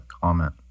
comment